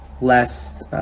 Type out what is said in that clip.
Less